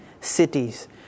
cities